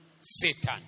Satan